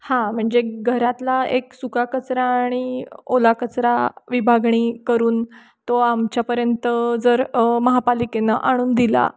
हां म्हणजे घरातला एक सुका कचरा आणि ओला कचरा विभागणी करून तो आमच्यापर्यंत जर महापालिकेनं आणून दिला